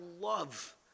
love